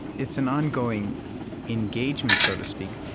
it's an ongoing engagement, so to speak.